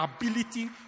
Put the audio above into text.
ability